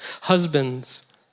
Husbands